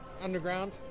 Underground